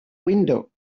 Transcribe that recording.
window